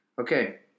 Okay